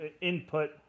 input